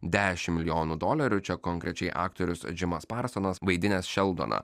dešimt milijonų dolerių čia konkrečiai aktorius džimas parsonas vaidinęs šeldoną